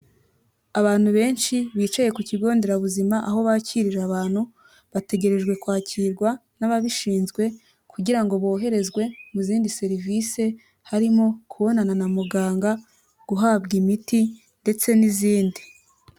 Abantu benshi bicaye ku kigo nderabuzima aho bakirira abantu, bategerejwe kwakirwa n'ababishinzwe kugira ngo boherezwe mu zindi serivise harimo kubonana na muganga, guhabwa imiti ndetse n'izindi.